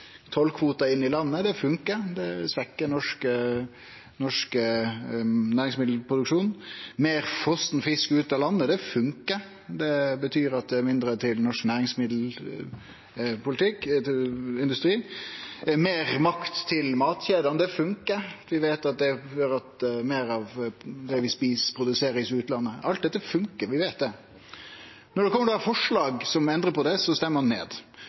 tollkvotar inn i landet, det funkar. Det svekkjer norsk næringsmiddelproduksjon. Meir frosen fisk ut av landet, det funkar. Det betyr at det er mindre til norsk næringsmiddelindustri. Meir makt til matkjedene, det funkar. Vi veit at det gjer at meir av det vi et, blir produsert i utlandet. Alt dette funkar, vi veit det. Når det kjem forslag som endrar på det, stemmer ein dei ned.